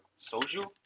Soju